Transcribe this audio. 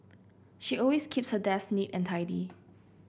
she always keeps her desk neat and tidy